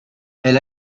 elle